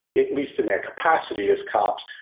at least in their capacity as cops,